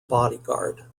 bodyguard